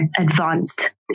advanced